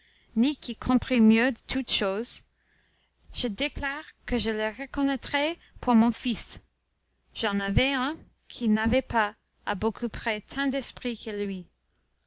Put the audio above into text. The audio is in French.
ni qui comprit mieux toutes choses je déclare que je le reconnaîtrai pour mon fils j'en avais un qui n'avait pas à beaucoup près tant d'esprit que lui